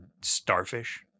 Starfish